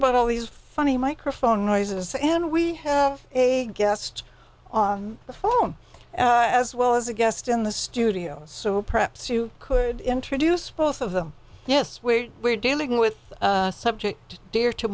always funny microphone noises and we have a guest on the phone as well as a guest in the studio so perhaps you could introduce both of them yes we're dealing with a subject dear to